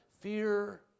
Fear